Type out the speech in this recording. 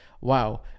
wow